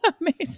Amazing